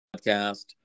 podcast